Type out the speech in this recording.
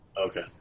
Okay